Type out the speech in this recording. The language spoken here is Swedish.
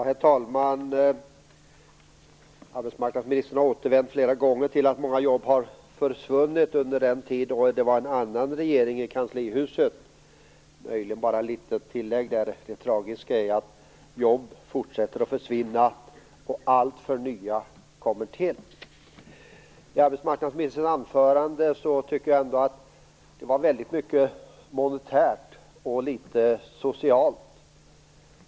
Herr talman! Arbetsmarknadsministern har flera gånger återvänt till att flera jobb har försvunnit under den tid då det var en annan regering i kanslihuset. Jag vill bara tillägga att det tragiska är att jobb fortsätter att försvinna och alltför få nya kommer till. I arbetsmarknadsministerns anförande fanns det mycket monetärt och litet socialt.